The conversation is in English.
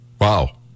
Wow